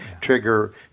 trigger